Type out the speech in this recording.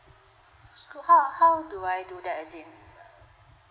so how how do I do that as in